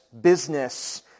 business